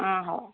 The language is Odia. ହଁ ହଉ